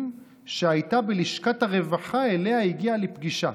שהייתה בלשכת הרווחה שאליה הגיע לפגישה".